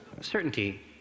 certainty